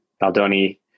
Baldoni